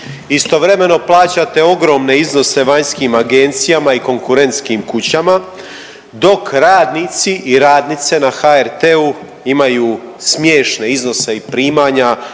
istovremeno plaćate ogromne iznose vanjskim agencijama i konkurentskim kućama dok radnici i radnici na HRT-u imaju smiješne iznose i primanja